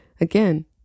again